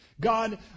God